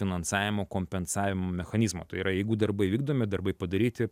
finansavimo kompensavimo mechanizmo tai yra jeigu darbai vykdomi darbai padaryti